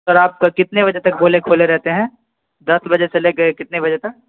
سر آپ کا کتنے بجے تک بولے کھولیں رہتے ہیں دس بجے سے لے کے کتنے بجے تک